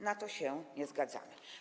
Na to się nie zgadzamy.